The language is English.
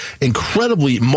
incredibly